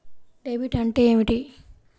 Debit అంటే ఏమిటి?